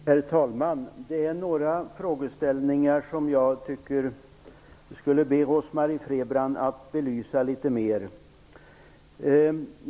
Herr talman! Det är några frågeställningar jag skulle vilja att Rose-Marie Frebran belyste litet mera.